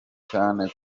cyane